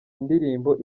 indirimbo